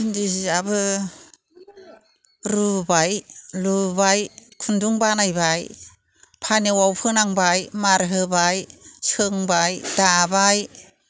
इन्दि सियाबो रुबाय लुबाय खुन्दुं बानायबाय फानेवआव फोनांबाय मार होबाय सोंबाय दाबाय